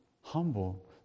humble